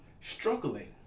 struggling